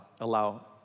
allow